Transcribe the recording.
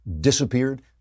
disappeared